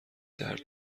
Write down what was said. درد